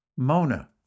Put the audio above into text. Mona